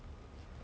தெரில:therila